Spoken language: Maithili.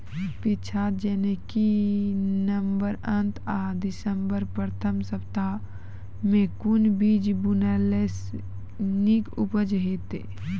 पीछात जेनाकि नवम्बर अंत आ दिसम्बर प्रथम सप्ताह मे कून बीज बुनलास नीक उपज हेते?